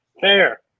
Fair